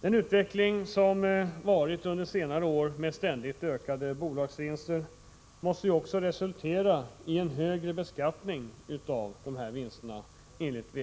Den utveckling som ägt rum under senare år med ständigt ökade bolagsvinster måste också enligt vpk:s mening resultera i en högre beskattning av dessa vinster.